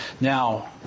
Now